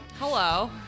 Hello